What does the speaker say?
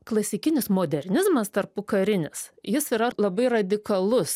klasikinis modernizmas tarpukarinis jis yra labai radikalus